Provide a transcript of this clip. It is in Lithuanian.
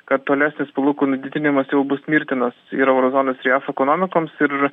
kad tolesnis palūkanų didinimas jau bus mirtinas ir euro zonos ir jav ekonomikoms ir